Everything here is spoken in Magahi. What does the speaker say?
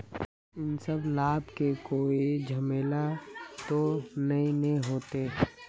इ सब लाभ में कोई झमेला ते नय ने होते?